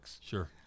Sure